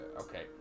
Okay